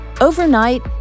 Overnight